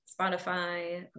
Spotify